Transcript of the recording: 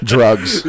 drugs